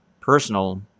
personal